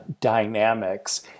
dynamics